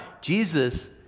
Jesus